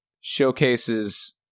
showcases